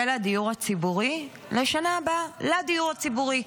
הדיור הציבורי לשנה הבאה לדיור הציבורי,